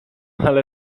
ale